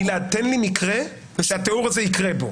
תן לי מקרה שהתיאור הזה יקרה בו.